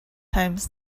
times